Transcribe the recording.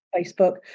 Facebook